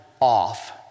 off